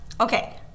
okay